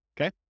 Okay